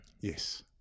Yes